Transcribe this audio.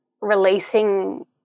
releasing